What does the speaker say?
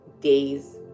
days